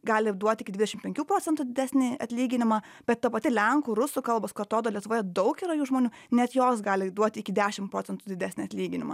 gali duot iki dvidešim penkių procentų didesnį atlyginimą bet ta pati lenkų rusų kalbos kur atrodo lietuvoje daug yra jų žmonių net jos gali duoti iki dešim procentų didesnį atlyginimą